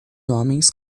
homens